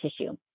tissue